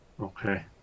Okay